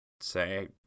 say